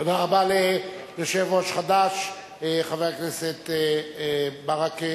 תודה רבה ליושב-ראש חד"ש, חבר הכנסת ברכה.